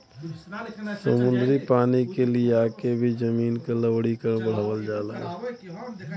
समुद्री पानी के लियाके भी जमीन क लवणीकरण बढ़ावल जाला